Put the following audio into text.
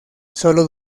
sólo